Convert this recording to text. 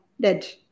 dead